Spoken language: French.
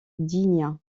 gdynia